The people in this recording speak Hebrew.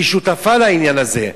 היא שותפה לעניין הזה.